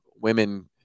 women